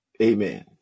Amen